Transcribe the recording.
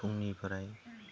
फुंनिफ्राय